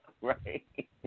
right